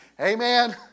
Amen